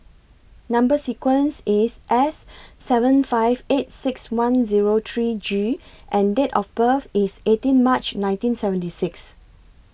Number sequence IS S seven five eight six one Zero three G and Date of birth IS eighteen March nineteen seventy six